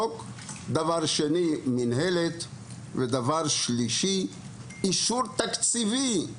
חוק; דבר שני מינהלת; ודבר שלישי אישור תקציבי,